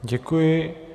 Děkuji.